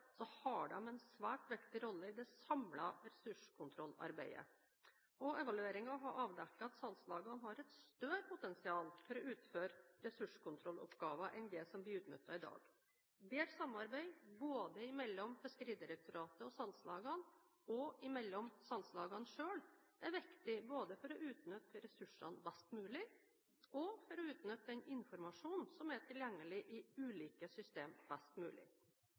har de en svært viktig rolle i det samlede ressurskontrollarbeidet. Evalueringen har avdekket at salgslagene har et større potensial for å utføre ressurskontrolloppgaver enn det som blir utnyttet i dag. Bedre samarbeid, både mellom Fiskeridirektoratet og salgslagene og mellom salgslagene selv, er viktig både for å utnytte ressursene best mulig og for å utnytte den informasjonen som er tilgjengelig i ulike systemer best mulig.